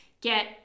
Get